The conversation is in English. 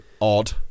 odd